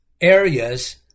areas